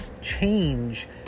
Change